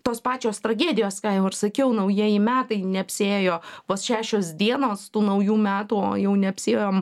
tos pačios tragedijos ką jau ir sakiau naujieji metai neapsiėjo vos šešios dienos tų naujų metų o jau neapsiėjom